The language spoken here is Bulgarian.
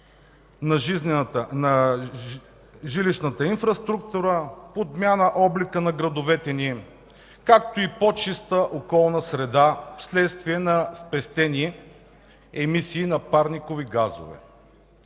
на жилищната инфраструктура, подмяна облика на градовете ни, както и по-чиста околна среда вследствие на спестени емисии на парникови газове.